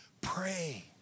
pray